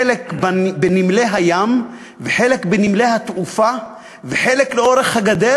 חלק בנמלי הים וחלק בנמלי התעופה וחלק לאורך הגדר,